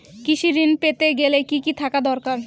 কৃষিঋণ পেতে গেলে কি কি থাকা দরকার?